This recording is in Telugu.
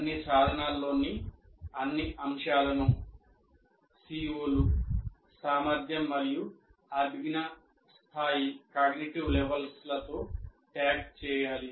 అన్ని సాధనాల్లోని అన్ని అంశాలను CO లు సామర్థ్యం మరియు అభిజ్ఞా స్థాయి లతో ట్యాగ్ చేయాలి